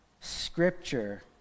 Scripture